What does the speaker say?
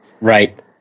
right